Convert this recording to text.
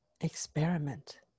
experiment